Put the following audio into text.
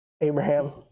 Abraham